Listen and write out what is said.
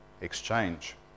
exchange